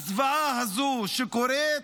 הזוועה הזאת, שקורית,